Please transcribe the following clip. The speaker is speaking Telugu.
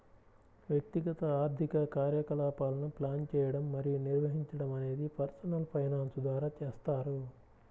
వ్యక్తిగత ఆర్థిక కార్యకలాపాలను ప్లాన్ చేయడం మరియు నిర్వహించడం అనేది పర్సనల్ ఫైనాన్స్ ద్వారా చేస్తారు